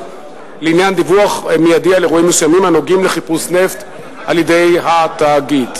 לעניין דיווח מיידי על אירועים מסוימים הנוגעים לחיפוש נפט על-ידי התאגיד.